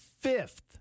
fifth